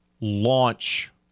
launch